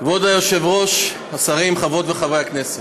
כבוד היושב-ראש, השרים, חברות וחברי הכנסת,